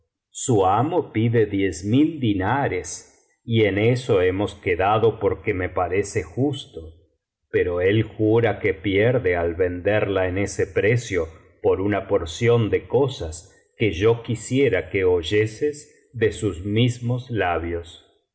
su amo pide diez mil dinares y en eso hemos quedado porque me parece justo pero él jura que pierde al venderla en ese precio por una porción de cosas que yo quisiera que oyeses de sus mismos labios